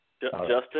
Justin